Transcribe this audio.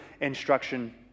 instruction